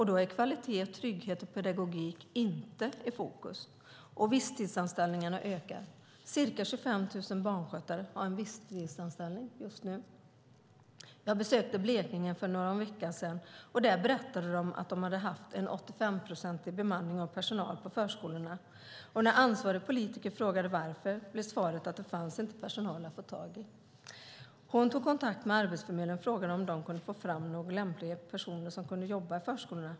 Då är kvalitet, trygghet och pedagogik inte i fokus. Visstidsanställningarna ökar också. Ca 25 000 barnskötare har en visstidsanställning just nu. Jag besökte Blekinge för någon vecka sedan. Där berättade man att man hade haft en 85-procentig bemanning av personal på förskolorna. När ansvarig politiker frågade varför blev svaret att det inte fanns personal att få tag i. Hon tog då kontakt med Arbetsförmedlingen och frågade om man där kunde få fram några lämpliga personer som skulle kunna jobba i förskolorna.